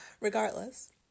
Regardless